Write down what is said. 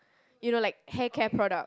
you know like hair care product